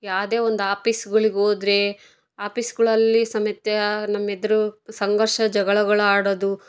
ಯಾವ್ದೇ ಒಂದು ಆಪೀಸ್ಗಳಿಗೋದ್ರೆ ಆಪೀಸ್ಗಳಲ್ಲಿ ಸಮೇತ ನಮ್ಮ ಎದುರು ಸಂಘರ್ಷ ಜಗಳಗಳಾಡದು